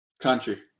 country